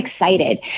excited